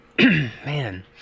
man